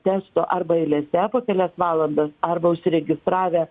testo arba eilėse po kelias valandas arba užsiregistravę